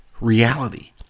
reality